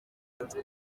umwe